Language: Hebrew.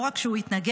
לא רק שהוא התנגד,